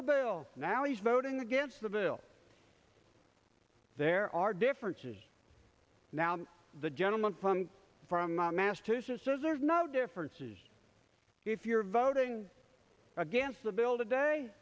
the bill now he's voting against the bill there are differences now the gentleman from massachusetts says there's no differences if you're voting against the bill today